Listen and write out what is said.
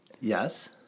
Yes